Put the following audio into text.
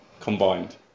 combined